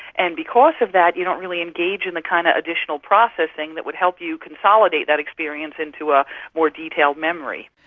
and because of that you don't really engage in the kind of additional processing that would help you consolidate that experience into a more detailed memory.